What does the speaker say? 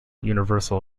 universal